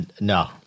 No